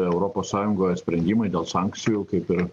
europos sąjungoje sprendimai dėl sankcijų kaip ir